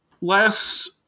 Last